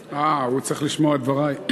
אה, הוא צריך לשמוע את דברי.